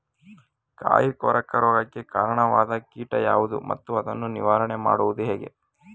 ಕಾಯಿ ಕೊರಕ ರೋಗಕ್ಕೆ ಕಾರಣವಾದ ಕೀಟ ಯಾವುದು ಮತ್ತು ಅದನ್ನು ನಿವಾರಣೆ ಮಾಡುವುದು ಹೇಗೆ?